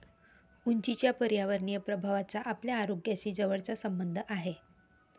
उंचीच्या पर्यावरणीय प्रभावाचा आपल्या आरोग्याशी जवळचा संबंध आहे